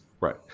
Right